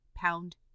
pound